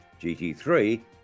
GT3